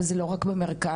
ולא רק במרכז.